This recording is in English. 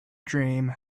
dream